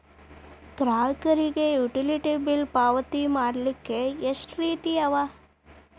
ಗ್ರಾಹಕರಿಗೆ utility bill ಪಾವತಿ ಮಾಡ್ಲಿಕ್ಕೆ ಎಷ್ಟ ರೇತಿ ಅವ?